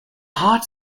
hot